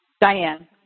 Diane